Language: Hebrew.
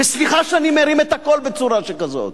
וסליחה שאני מרים את הקול בצורה שכזאת,